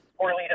poorly